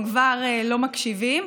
הם כבר לא מקשיבים,